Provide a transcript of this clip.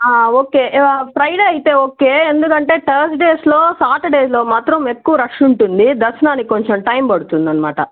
okay Friday ఐతే okay ఎందుకంటే థర్సేడేస్లో సాటర్డేలో మాత్రం ఎక్కువ రష్ ఉంటుంది దర్శనానికి కొంచెం టైమ్ పడుతుంది అనమాట